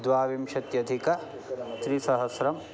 द्वाविंशत्यधिकत्रिसहस्रम्